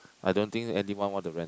I don't think anyone want to rent